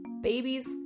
babies